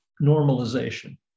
normalization